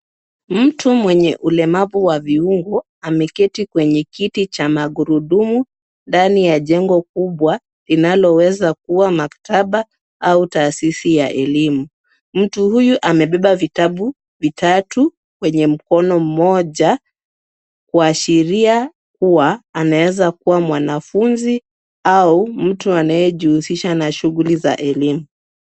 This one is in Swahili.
Mtu mwenye ulemavu wa viungo ameketi kwenye kiti cha magurudumu ndani ya jengo kubwa linaloweza kuwa maktaba au taasisi ya elimu, mtu huyu amebeba vitabu vitatu kwenye mkono mmoja kuashiria kuwa anaweza kuwa mwanafunzi au mtu anayejihusisha na shughuli za elimu